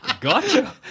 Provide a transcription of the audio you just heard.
Gotcha